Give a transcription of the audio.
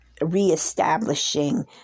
reestablishing